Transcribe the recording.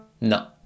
No